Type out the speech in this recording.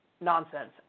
Nonsense